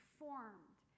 formed